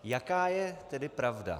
Jaká je tedy pravda?